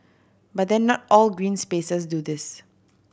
but then not all green spaces do this